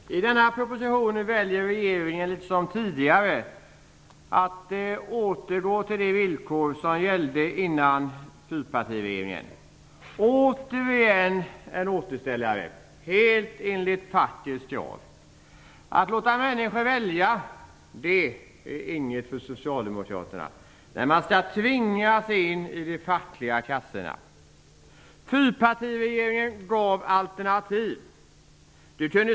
Fru talman! I denna proposition väljer regeringen liksom tidigare att återgå till de villkor som gällde före fyrpartiregeringens tid. Åter igen en återställare helt i enlighet med fackets krav. Att låta människor välja är inget för socialdemokraterna. Man skall tvingas in i de fackliga kassorna. Fyrpartiregeringen gav alternativ.